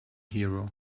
hero